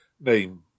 name